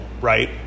right